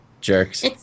jerks